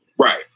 Right